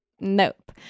nope